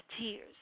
tears